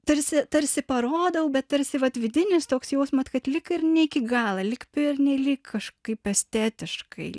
tarsi tarsi parodau bet tarsi vat vidinis toks jausmas kad lyg ir ne iki galo lyg pernelyg kažkaip estetiškai